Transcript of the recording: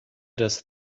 does